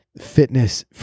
fitness